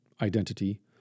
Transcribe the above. identity